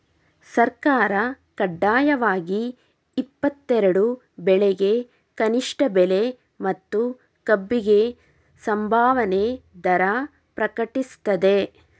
ಸರ್ಕಾರ ಕಡ್ಡಾಯವಾಗಿ ಇಪ್ಪತ್ತೆರೆಡು ಬೆಳೆಗೆ ಕನಿಷ್ಠ ಬೆಲೆ ಮತ್ತು ಕಬ್ಬಿಗೆ ಸಂಭಾವನೆ ದರ ಪ್ರಕಟಿಸ್ತದೆ